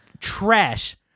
trash